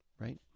Right